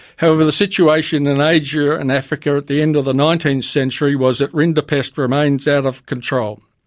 however, the situation in asia and africa at the end of the nineteenth century was that rinderpest remained out of control.